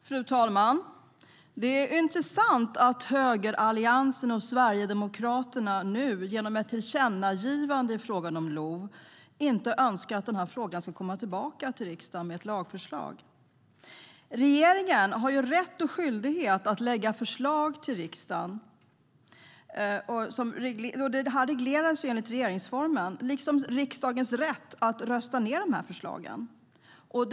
Fru talman! Det är intressant att högeralliansen och Sverigedemokraterna nu genom ett tillkännagivande önskar att regeringen i fråga om LOV inte ska komma tillbaka till riksdagen med ett lagförslag. Regeringen har rätt och skyldighet att lägga fram förslag för riksdagen. Det och riksdagens rätt att rösta ned dessa förslag regleras i regeringsformen.